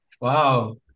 Wow